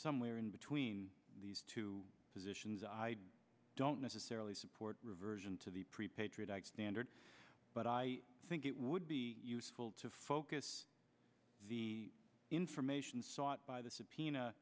somewhere in between these two positions i don't necessarily support reversion to the pre patriot act standard but i think it would be useful to focus the information sought by th